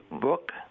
book